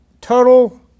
total